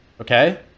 Okay